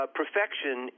perfection